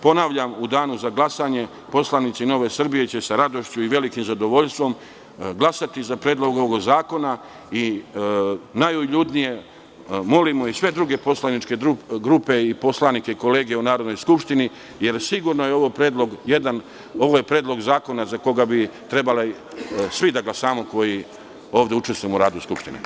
Ponavljam, u Danu za glasanje poslanici Nove Srbije će sa radošću i velikim zadovoljstvom glasati za ovaj Predlog zakona i najuljudnije molimo i sve druge poslaničke grupe i poslanike kolege u Narodnoj skupštini, jer je ovo sigurno predlog zakona za koga bi trebali svi da glasamo, svi koji ovde učestvujemo u radu Skupštine.